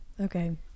Okay